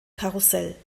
karussell